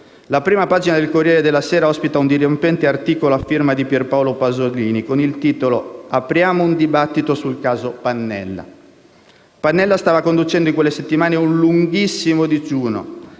la prima pagina del «Corriere della Sera» ospita un dirompente articolo a firma di Pier Paolo Pasolini, con il titolo: «Apriamo un dibattito sul caso Pannella». Pannella stava conducendo in quelle settimane un lunghissimo digiuno